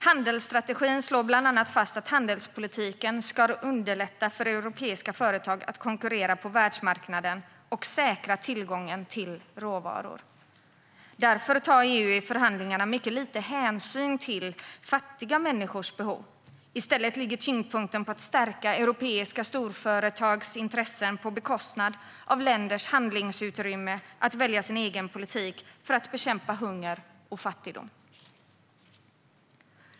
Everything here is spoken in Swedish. Handelsstrategin slår bland annat fast att handelspolitiken ska underlätta för europeiska företag att konkurrera på världsmarknaden och säkra tillgången till råvaror. Därför tar EU i förhandlingarna mycket liten hänsyn till fattiga människors behov. I stället ligger tyngdpunkten på att stärka europeiska storföretags intressen på bekostnad av länders handlingsutrymme att välja sin egen politik för att bekämpa hunger och fattigdom.